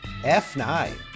F9